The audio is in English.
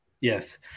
Yes